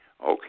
Okay